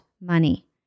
money